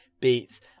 beats